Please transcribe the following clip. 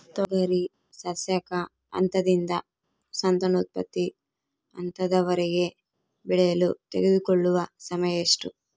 ತೊಗರಿ ಸಸ್ಯಕ ಹಂತದಿಂದ ಸಂತಾನೋತ್ಪತ್ತಿ ಹಂತದವರೆಗೆ ಬೆಳೆಯಲು ತೆಗೆದುಕೊಳ್ಳುವ ಸಮಯ ಎಷ್ಟು?